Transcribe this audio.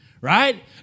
Right